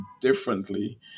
differently